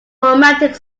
romantic